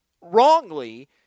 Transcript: wrongly